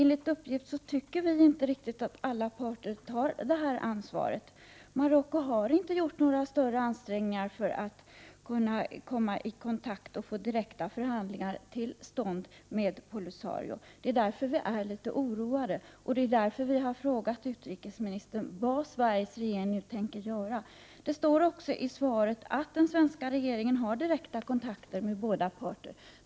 Nu tycker vi inte att alla parter tar sitt ansvar. Marocko har inte gjort några större ansträngningar för att komma i kontakt med Polisario och få direkta förhandlingar till stånd. Det är därför vi är litet oroade. Det är också därför vi frågat utrikesministern vad Sveriges regering nu tänker göra. Det står också i svaret att den svenska regeringen har direkta kontakter med båda parter.